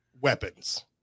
Weapons